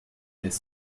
des